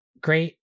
Great